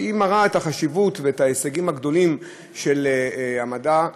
שמראה את החשיבות וההישגים הגדולים של המדע,